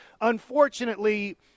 unfortunately